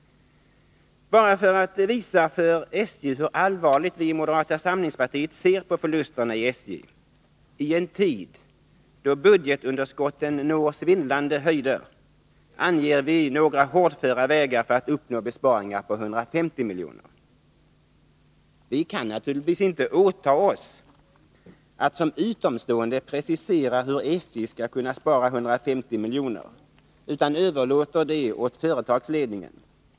Bara för att visa för SJ hur allvarligt vi i moderata samlingspartiet ser på förlusterna i SJ i en tid då budgetunderskotten når svindlande höjder, anger vi några hårdföra vägar för att uppnå besparingar på 150 miljoner. Vi kan naturligtvis inte åta oss att som utomstående precisera hur SJ skall kunna spara 150 miljoner, utan vi överlåter detta åt företagsledningen.